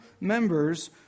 members